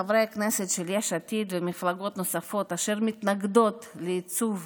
חברי הכנסת של יש עתיד ומפלגות נוספות אשר מתנגדות לעיצוב